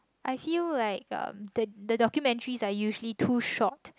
I feel like um the the documentaries are usually too short